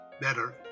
better